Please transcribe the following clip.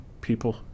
people